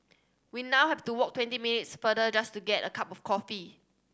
we now have to walk twenty minutes farther just to get a cup of coffee